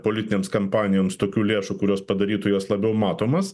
politinėms kampanijoms tokių lėšų kurios padarytų juos labiau matomas